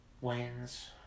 wins